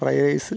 fried rice